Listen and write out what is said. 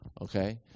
Okay